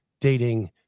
dating